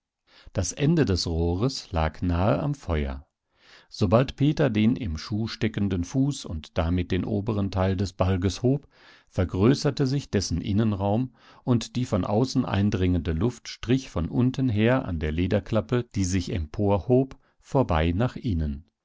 das ende des rohres lag nahe am feuer sobald peter den im schuh steckenden fuß und damit den oberen teil des balges hob vergrößerte sich dessen innenraum und die von außen eindringende luft strich von unten her an der lederklappe die sich emporhob vorbei nach innen